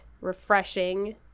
refreshing